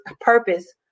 purpose